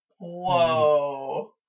Whoa